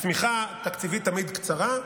השמיכה התקציבית תמיד קצרה,